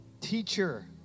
teacher